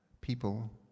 people